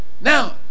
Now